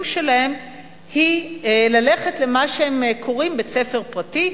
שלהם היא ללכת למה שהם קוראים בית-ספר פרטי,